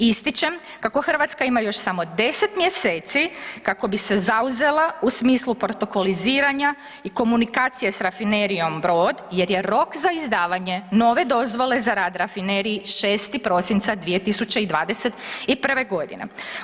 Ističem kako Hrvatska ima još samo 10 mj. kako bi se zauzela u smislu protokoliriziranja i komunikacije sa rafinerijom Brod jer je rok za izdavanje nove dozvole za rad rafineriji 6. prosinca 2021. godine.